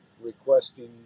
requesting